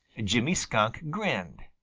jimmy skunk grinned.